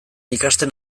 ikasten